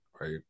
right